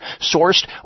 Sourced